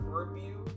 review